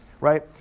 right